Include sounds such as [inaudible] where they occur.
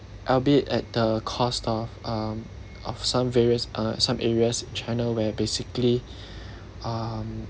albeit at the cost of um of some various uh some areas in china where basically [breath] um